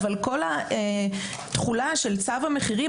אבל כל התכולה של צו המחירים,